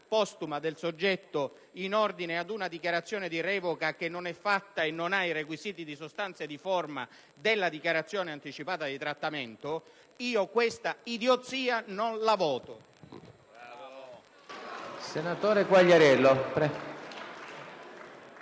postuma del soggetto in ordine ad una dichiarazione di revoca che non ha i requisiti di sostanza e di forma della dichiarazione anticipata di trattamento, questa idiozia non la voto!